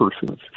person's